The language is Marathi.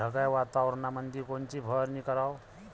ढगाळ वातावरणामंदी कोनची फवारनी कराव?